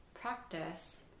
practice